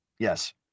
Yes